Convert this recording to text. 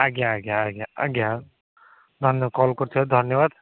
ଆଜ୍ଞା ଆଜ୍ଞା ଆଜ୍ଞା ଆଜ୍ଞା ଧନ୍ୟ କଲ୍ କରିଥିବାରୁ ଧନ୍ୟବାଦ